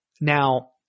Now